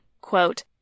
quote